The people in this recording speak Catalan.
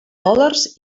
dòlars